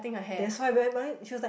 that's why where when I she was like